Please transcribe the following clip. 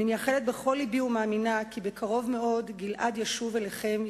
אני מייחלת בכל לבי ומאמינה כי בקרוב מאוד גלעד ישוב אליכם,